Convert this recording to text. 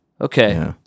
Okay